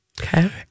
Okay